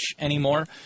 anymore